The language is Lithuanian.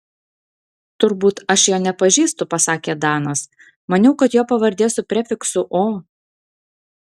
turbūt aš jo nepažįstu pasakė danas maniau kad jo pavardė su prefiksu o